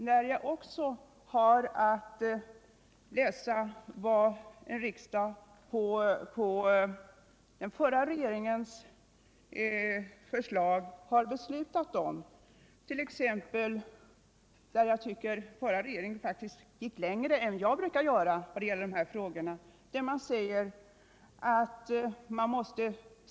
Därför kanske det inte rör sig om dessa två procent.